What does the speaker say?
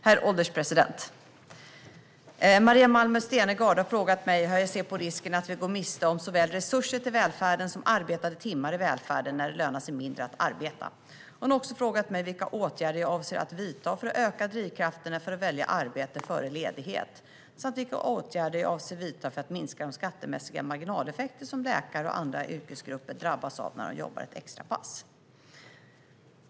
Herr ålderspresident! Maria Malmer Stenergard har frågat mig hur jag ser på risken att vi går miste om såväl resurser till välfärden som arbetade timmar i välfärden när det lönar sig mindre att arbeta. Hon har också frågat mig vilka åtgärder jag avser att vidta för att öka drivkrafterna för att välja arbete framför ledighet samt vilka åtgärder jag avser att vidta för att minska de skattemässiga marginaleffekter som läkare och andra yrkesgrupper drabbas av när de jobbar ett extra pass.